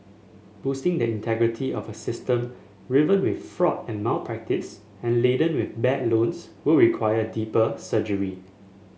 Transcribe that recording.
boosting the integrity of a system riven with fraud and malpractice and laden with bad loans will require deeper surgery